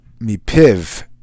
mipiv